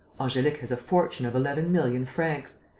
angelique has a fortune of eleven million francs.